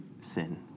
sin